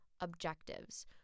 objectives